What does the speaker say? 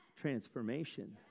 transformation